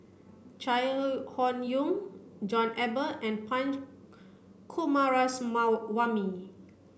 Chai Hon Yoong John Eber and Punch Coomaraswamy